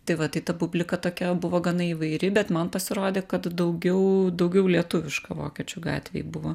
tai va tai ta publika tokia buvo gana įvairi bet man pasirodė kad daugiau daugiau lietuviška vokiečių gatvėj buvo